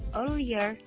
earlier